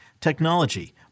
technology